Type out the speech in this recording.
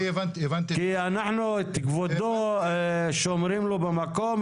אנחנו את כבודו שומרים במקום,